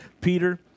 Peter